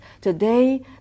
today